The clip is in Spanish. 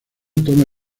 toma